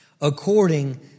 According